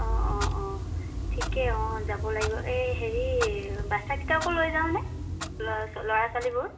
অঁ অঁ অঁ ঠিকে যাব লাগিব এই হেৰি বাটচাকিটাকো লৈ যাওঁ নে ল'ৰা ল'ৰা ছোৱালীবোৰ